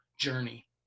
journey